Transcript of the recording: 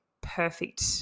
perfect